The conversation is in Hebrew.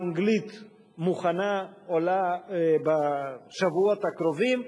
באנגלית, מוכן, עולה בשבועות הקרובים.